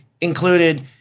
included